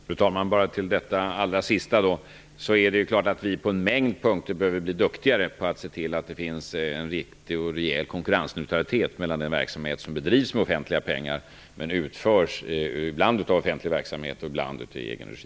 Fru talman! Med anledning av det allra sista vill jag säga att det är klart att vi på en mängd punkter behöver bli duktigare på att se till att det blir en riktig och rejäl konkurrensneutralitet inom den verksamhet som finansieras med offentliga pengar men utförs ibland i offentlig regi och ibland i egen regi.